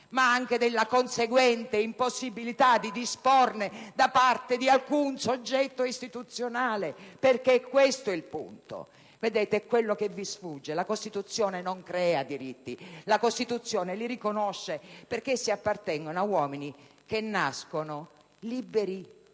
ma anche della conseguente impossibilità di disporne da parte di alcun soggetto istituzionale, perché è questo il punto. Quello che vi sfugge è che la Costituzione non crea diritti, la Costituzione li riconosce, perché essi appartengono a uomini che nascono liberi